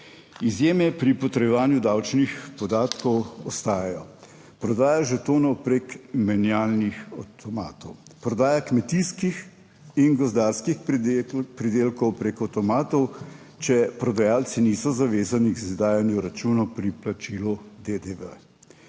Izjeme pri potrjevanju davčnih podatkov ostajajo: prodaja žetonov prek menjalnih avtomatov, prodaja kmetijskih in gozdarskih pridelkov preko avtomatov, če prodajalci niso zavezani k izdajanju računov pri plačilu DDV.